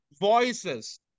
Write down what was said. voices